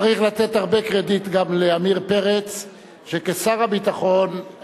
צריך לתת הרבה קרדיט גם לעמיר פרץ שכשר הביטחון,